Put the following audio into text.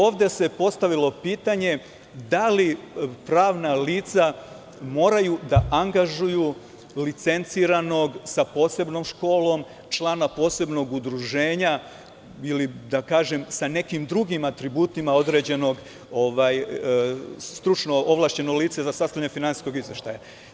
Ovde se postavilo pitanje – da li pravna lica moraju da angažuju licenciranog, sa posebnom školom, člana posebnog udruženja ili, da kažem, sa nekim drugim atributima određeno stručno ovlašćeno lice za sastavljanje finansijskog izveštaja.